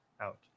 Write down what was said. out